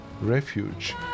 refuge